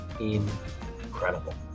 incredible